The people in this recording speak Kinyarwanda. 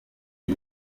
iyi